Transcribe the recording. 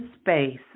space